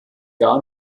gar